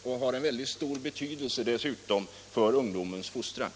Den har dessutom väldigt stor betydelse för ungdomens fostran.